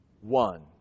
one